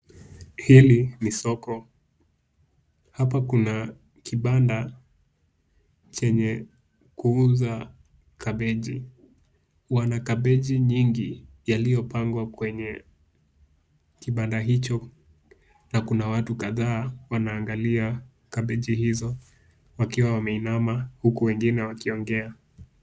Hili ni soko. Hapa kuna kibanda chenye kuuza kabeji. Wana kabeji nyingi yaliopangwa kwenye kibanda hicho na kuna watu kadhaa wanaangalia kabeji hizo wakiwa wameinama huku wengine wakiongea.